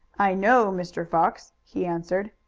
i know mr. fox, he answered.